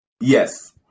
Yes